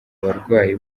barwayi